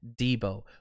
Debo